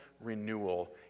renewal